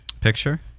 Picture